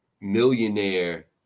millionaire